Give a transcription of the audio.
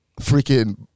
freaking